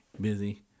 busy